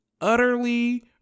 utterly